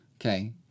Okay